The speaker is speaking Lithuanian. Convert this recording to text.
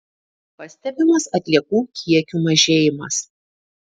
pastebimas atliekų kiekių mažėjimas